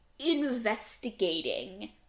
investigating